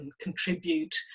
contribute